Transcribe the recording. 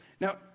Now